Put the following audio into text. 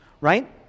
right